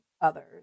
others